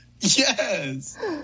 Yes